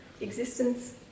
existence